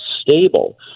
stable